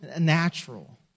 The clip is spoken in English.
natural